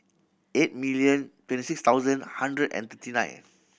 eight million twenty six thousand hundred and thirty nine